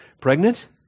pregnant